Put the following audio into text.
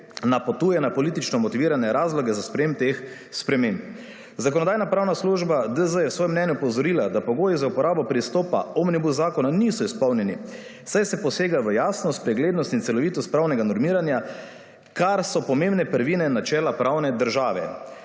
napotuje na politično motivirane razloge za sprejem teh sprememb. Zakonodajno-pravna služba DZ je v svojem mnenju opozorila, da pogoji za uporabo pristopa ob / nerazumljivo/ zakona niso izpolnjeni, saj se posega v jasnost, preglednost in celovitost pravnega normiranja kar so pomembne prvine načela pravne države.